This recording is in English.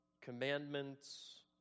commandments